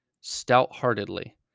stout-heartedly